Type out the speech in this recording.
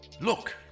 Look